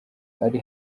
ari